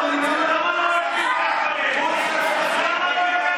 חבר הכנסת ווליד טאהא,